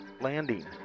landing